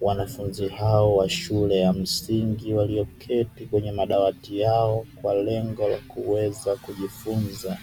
wanafunzi hao wa shule ya msingi, walioketi kwenye madawati yao kwa lengo la kuweza kujifunza.